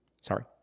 Sorry